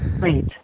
Wait